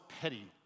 petty